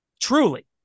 Truly